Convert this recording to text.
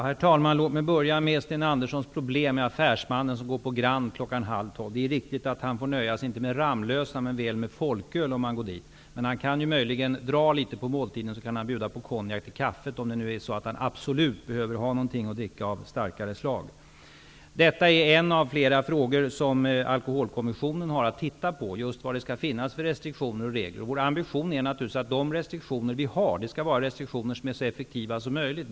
Herr talman! Låt mig börja med Sten Anderssons i Malmö problem med affärsmannen som skall äta lunch på Grand Hotel klockan halv tolv. Det är riktigt att han får nöja sig inte med Ramlösa men väl med folköl. Men han kan möjligen dra ut litet på måltiden och sedan bjuda på konjak till kaffet -- om han absolut måste dricka något av starkare slag. Just vilka restriktioner och regler som skall finnas är en av de frågor som Alkoholkommissionen skall se över. Vår ambition är naturligtvis att restriktionerna skall vara så effektiva som möjligt.